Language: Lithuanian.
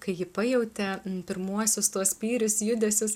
kai ji pajautė pirmuosius tuos spyrius judesius